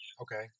Okay